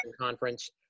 Conference